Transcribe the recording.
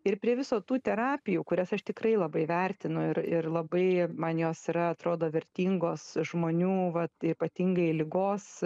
ir prie viso tų terapijų kurias aš tikrai labai vertinu ir ir labai man jos yra atrodo vertingos žmonių vat ypatingai ligos